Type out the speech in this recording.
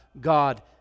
God